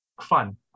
Fun